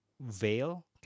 veil